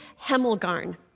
Hemelgarn